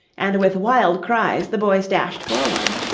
and with wild cries the boys dashed forward.